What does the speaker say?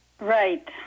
Right